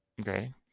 Okay